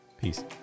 Peace